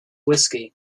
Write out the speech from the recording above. whisky